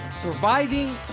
Surviving